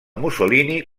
mussolini